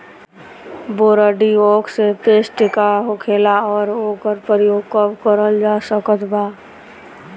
Bordeaux paste का होखेला और ओकर प्रयोग कब करल जा सकत बा?